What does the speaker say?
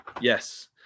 Yes